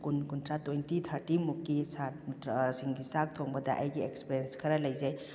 ꯀꯨꯟ ꯀꯨꯟꯊ꯭ꯔꯥ twenty thirty ꯃꯨꯛꯀꯤ ꯁꯥꯇ꯭ꯔ ꯁꯤꯡꯒꯤ ꯆꯥꯛ ꯊꯣꯡꯕꯗ ꯑꯩꯒꯤ ꯑꯦꯛꯁꯄꯔꯤꯌꯦꯟꯁ ꯈꯔꯥ ꯂꯩꯖꯩ